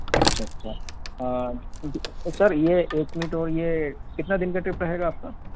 अच्छा अच्छा तो सर ये एक मिनट और ये कितने दिन का ट्रिप रहेगा आपका